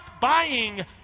buying